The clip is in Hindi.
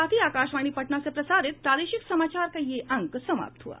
इसके साथ ही आकाशवाणी पटना से प्रसारित प्रादेशिक समाचार का ये अंक समाप्त हुआ